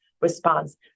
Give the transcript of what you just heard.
response